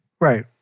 Right